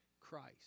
Christ